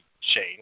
Shane